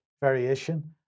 variation